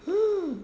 hmm